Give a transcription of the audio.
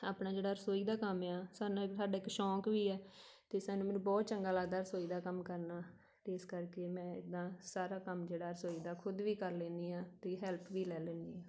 ਆਪਣਾ ਜਿਹੜਾ ਰਸੋਈ ਦਾ ਕੰਮ ਆ ਸਾਨੂੰ ਇੱਕ ਸਾਡਾ ਇੱਕ ਸ਼ੌਕ ਵੀ ਹੈ ਅਤੇ ਸਾਨੂੰ ਮੈਨੂੰ ਬਹੁਤ ਚੰਗਾ ਲੱਗਦਾ ਰਸੋਈ ਦਾ ਕੰਮ ਕਰਨਾ ਅਤੇ ਇਸ ਕਰਕੇ ਮੈਂ ਇੱਦਾਂ ਸਾਰਾ ਕੰਮ ਜਿਹੜਾ ਰਸੋਈ ਦਾ ਖੁਦ ਵੀ ਕਰ ਲੈਂਦੀ ਹਾਂ ਅਤੇ ਹੈਲਪ ਵੀ ਲੈ ਲੈਂਦੀ ਹਾਂ